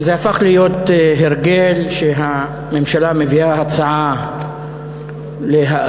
זה הפך להיות הרגל, שהממשלה מביאה הצעה להאריך,